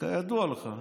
וכידוע לך,